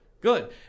Good